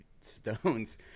stones